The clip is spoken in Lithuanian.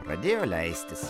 pradėjo leistis